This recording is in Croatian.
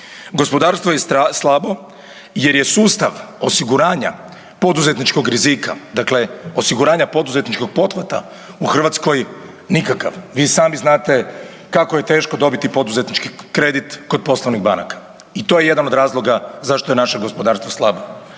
Gospodarstvo je slabo jer je sustav osiguranja poduzetničkog rizika, dakle osiguranja poduzetničkog pothvata u Hrvatskoj nikakav. Vi sami znate kako je teško dobiti poduzetnički kredit kod poslovnih banaka i to je jedan od razloga zašto je naše gospodarstvo slabo.